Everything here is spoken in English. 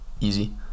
Easy